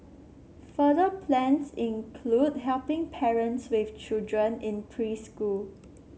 further plans include helping parents with children in preschool